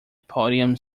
podium